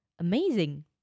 Amazing